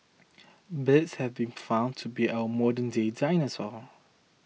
birds have been found to be our modernday dinosaurs